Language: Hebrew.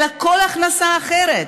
אלא כל הכנסה אחרת?